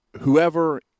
whoever